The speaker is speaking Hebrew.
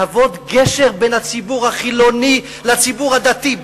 להוות גשר בין הציבור החילוני לציבור הדתי,